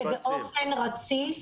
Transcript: ובאופן רציף